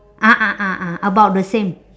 ah ah ah ah about the same